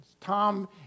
Tom